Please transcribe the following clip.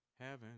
Heaven